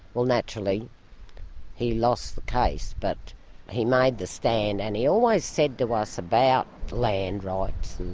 well, naturally he lost the case, but he made the stand. and he always said to us about land rights,